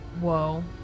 Whoa